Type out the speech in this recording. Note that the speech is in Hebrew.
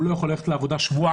הוא לא יכול ללכת לעבודה שבועיים,